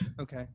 Okay